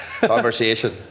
conversation